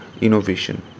innovation